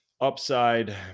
upside